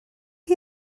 chi